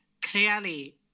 Clearly